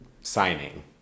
signing